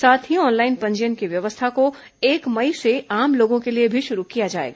साथ ही ऑनलाइन पंजीयन की व्यवस्था को एक मई से आम लोगों के लिए भी शुरू किया जाएगा